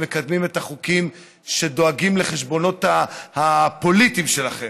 מקדמים את החוקים שדואגים לחשבונות הפוליטיים שלכם.